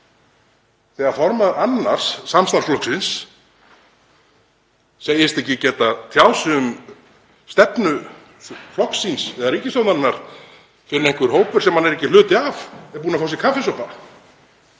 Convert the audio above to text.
þegar formaður annars samstarfsflokksins segist ekki geta tjáð sig um stefnu flokks síns eða ríkisstjórnarinnar fyrr en einhver hópur sem hann er ekki hluti af er búinn að fá sér kaffisopa